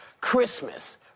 Christmas